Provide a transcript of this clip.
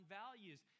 values